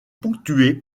ponctué